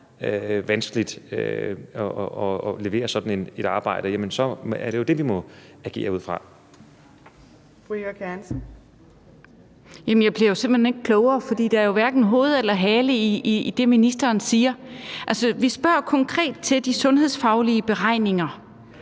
Hansen. Kl. 15:59 Eva Kjer Hansen (V): Jamen jeg bliver jo simpelt hen ikke klogere, for der er jo hverken hoved eller hale i det, ministeren siger. Vi spørger konkret til de sundhedsfaglige beregninger,